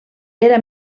era